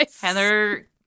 Heather